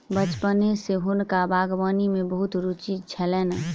बचपने सॅ हुनका बागवानी में बहुत रूचि छलैन